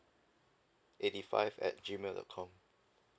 eighty five at G mail dot com